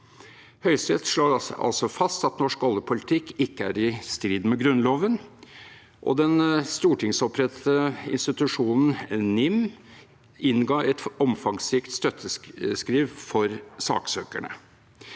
Høyesterett slår altså fast at norsk oljepolitikk ikke er i strid med Grunnloven, og den stortingsopprettede institusjonen NIM innga et omfangsrikt støtteskriv for saksøkerne.